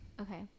Okay